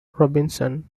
robinson